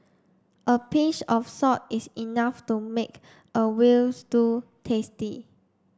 a pinch of salt is enough to make a veal stew tasty